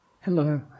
Hello